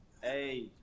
Hey